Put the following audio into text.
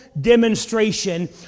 demonstration